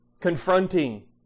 Confronting